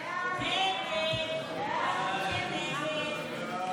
הסתייגות 111 לא נתקבלה.